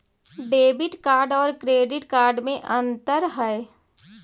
Debit card और credit card में अन्तर है?